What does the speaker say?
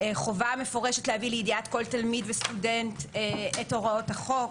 חובה מפורשת להביא לידיעת כל תלמיד וסטודנט את הוראות החוק,